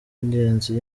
ngenzi